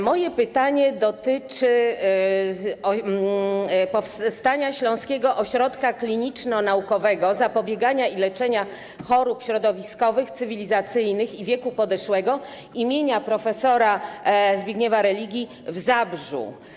Moje pytanie dotyczy powstania Śląskiego Ośrodka Kliniczno-Naukowego Zapobiegania i Leczenia Chorób Środowiskowych, Cywilizacyjnych i Wieku Podeszłego im. prof. Zbigniewa Religi w Zabrzu.